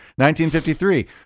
1953